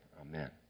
amen